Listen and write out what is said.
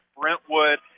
Brentwood